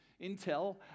intel